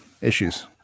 issues